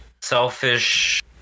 selfish